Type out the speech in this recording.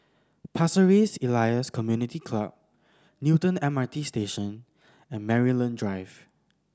Pasir Ris Elias Community Club Newton M R T Station and Maryland Drive